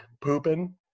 pooping